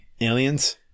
Aliens